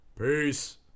Peace